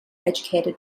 educated